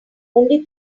only